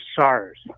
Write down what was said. SARS